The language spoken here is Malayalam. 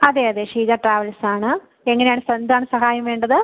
അതെ അതെ ഷീജ ട്രാവൽസ് ആണ് എങ്ങനെയാണ് എന്താണ് സഹായം വേണ്ടത്